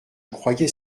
croyais